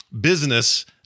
business